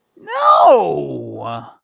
No